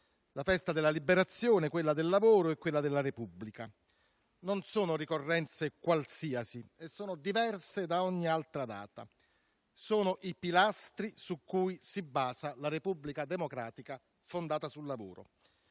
la Festa della liberazione, quella del lavoro e quella della Repubblica. Non sono ricorrenze qualsiasi e sono diverse da ogni altra data. Sono i pilastri su cui si basa la Repubblica democratica fondata sul lavoro.